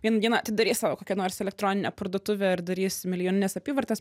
vieną dieną atidarys savo kokią nors elektroninę parduotuvę ir darys milijonines apyvartas